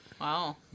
Wow